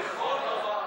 נתקבל.